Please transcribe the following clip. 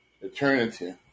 Eternity